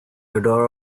odor